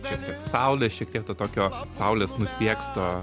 šiek tiek saulės šiek tiek to tokio saulės nutvieksto